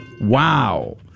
Wow